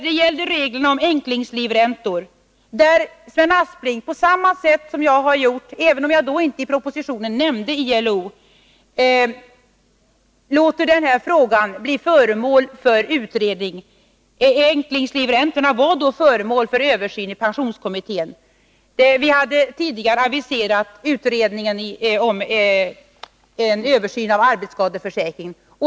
Det gällde reglerna om änklingslivräntor och där har Sven Aspling på samma sätt som jag har gjort, även om jag inte nämnde ILO i propositionen, låtit frågan bli föremål för utredning. Änklingslivräntorna var då föremål för en översyn i pensionskommittén. Vi har tidigare aviserat en utredning om en översyn av arbetsskadeförsäkringen.